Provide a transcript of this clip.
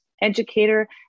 educator